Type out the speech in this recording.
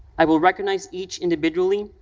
i will recognize each individually,